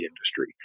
industry